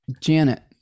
Janet